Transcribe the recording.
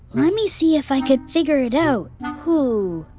let me see if i can figure it out. who?